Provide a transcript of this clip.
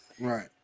Right